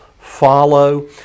follow